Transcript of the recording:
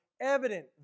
evident